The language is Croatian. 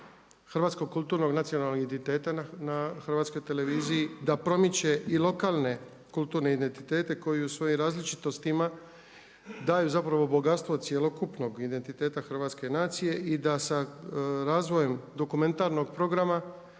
hrvatskog kulturnog nacionalnog identiteta na HRT-u, da promiče i lokalne kulturne identitete koji u svojim različitostima daju zapravo bogatstvo cjelokupnog identiteta Hrvatske i nacije i da sa razvojem dokumentarnog programa